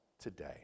today